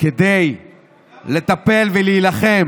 כדי לטפל ולהילחם